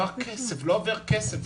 לא עובר כסף.